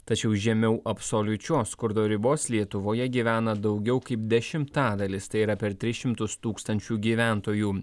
tačiau žemiau absoliučios skurdo ribos lietuvoje gyvena daugiau kaip dešimtadalis tai yra per tris šimtus tūkstančių gyventojų